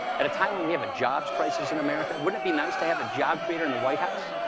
at a time when we have a jobs crisis in america, wouldn't it be nice to have a job creator in the white house?